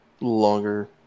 longer